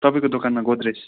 तपाईँको दोकानमा गोदरेज